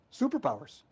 Superpowers